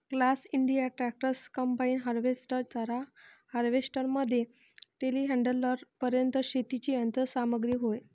class India tractors, combine harvester, चारा harvester मध्ये टेलीहँडलरपर्यंत शेतीची यंत्र सामग्री होय